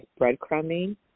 breadcrumbing